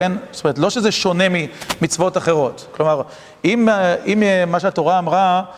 כן? זאת אומרת לא שזה שונה ממצוות אחרות, כלומר, אם מה שהתורה אמרה..